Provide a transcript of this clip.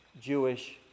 Jewish